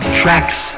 tracks